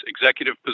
executive